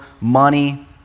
money